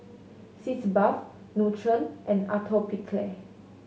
Sitz Bath Nutren and Atopiclair